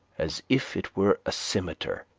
as if it were a scimitar,